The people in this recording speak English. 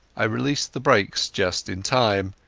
i released the brakes just in time.